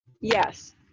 Yes